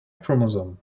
chromosome